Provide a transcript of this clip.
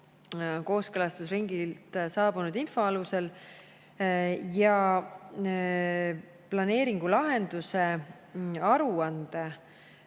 kooskõlastusringilt saabunud info alusel. Planeeringulahenduse aruande